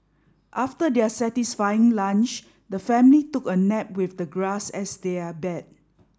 after their satisfying lunch the family took a nap with the grass as their bed